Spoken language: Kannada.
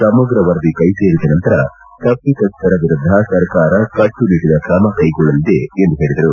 ಸಮಗ್ರ ವರದಿ ಕೈ ಸೇರಿದ ನಂತರ ತಪ್ಪಿತಸ್ಥರ ವಿರುದ್ಧ ಸರ್ಕಾರ ಕಟ್ಟುನಿಟ್ಟನ ಕ್ರಮ ಕೈಗೊಳ್ಳಲಿದೆ ಎಂದು ಹೇಳಿದರು